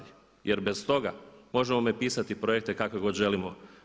Jer bez toga možemo mi pisati projekte kakve god želimo.